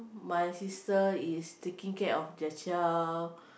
my sister is taking care of their child